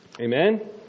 Amen